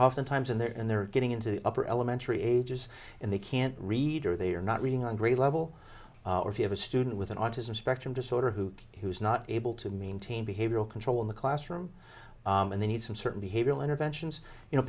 oftentimes in there and they're getting into upper elementary ages and they can't read or they are not reading on grade level or if you have a student with an autism spectrum disorder who was not able to maintain behavioral control in the classroom and they need some certain behavioral interventions you know